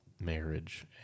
marriage